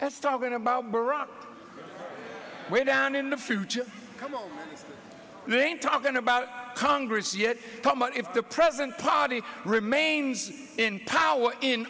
that's talking about way down in the future they ain't talking about congress yet but if the present party remains in power in